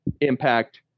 Impact